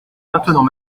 maintenant